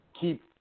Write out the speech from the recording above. keep